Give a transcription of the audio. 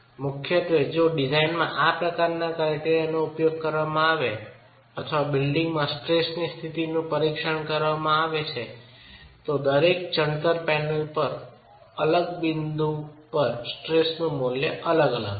મુખ્યત્વે જો ડિઝાઇનમાં આ પ્રકારના ક્રાયટેરિયા નો ઉપયોગ કરવામાં આવે અથવા બિલ્ડિંગમાં સ્ટ્રેસની સ્થિતિનું પરીક્ષણ કરવામાં આવે છે તો દરેક ચણતર પેનલ પર અલગ બિંદુ પર સ્ટ્રેસનું મૂલ્ય અલગ અલગ છે